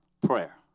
prayer